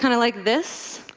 kind of like this.